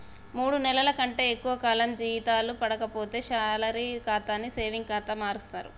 మూడు నెలల కంటే ఎక్కువ కాలం జీతాలు పడక పోతే శాలరీ ఖాతాని సేవింగ్ ఖాతా మారుస్తరు